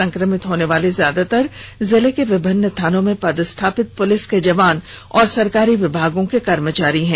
संक्रमित होने वाले ज्यादातर जिले के विभिन्न थानों में पदस्थापित पुलिस के जवान और सरकारी विभागों के कर्मचारी हैं